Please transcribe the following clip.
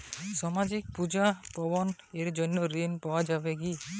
সামাজিক পূজা পার্বণ এর জন্য ঋণ পাওয়া যাবে কি?